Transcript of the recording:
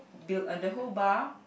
the the whole bar